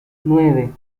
nueve